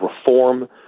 reform